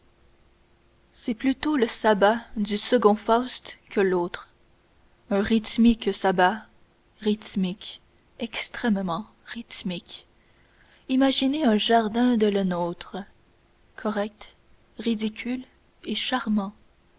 c'est plutôt le sabbat du second faust que l'autre un rhythmique sabbat rhythmique extrêmement rhythmique imaginez un jardin de lenôtre correct ridicule et charmant